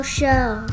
Show